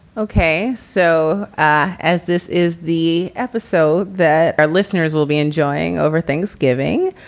okay. so ah as this is the episode that our listeners will be enjoying over thanksgiving,